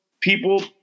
people